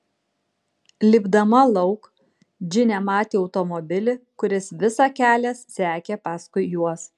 lipdama lauk džinė matė automobilį kuris visą kelią sekė paskui juos